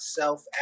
self